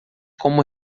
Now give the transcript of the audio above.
como